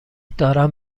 دارند